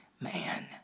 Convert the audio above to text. man